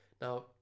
Now